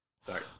Sorry